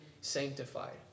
sanctified